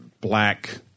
black